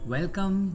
Welcome